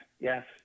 yes